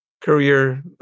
career